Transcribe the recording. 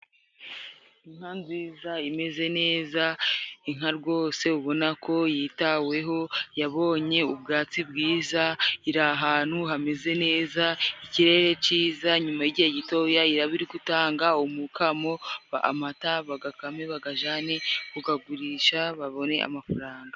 Inka nziza imeze neza inka rwose ubona ko yitaweho, yabonye ubwatsi bwiza iri ahantu hameze neza. Ikirere ciza nyuma y'igihe gitoya, iraba iri gutanga umukamo. Amata bagakame bagaje kukagurisha babone amafaranga.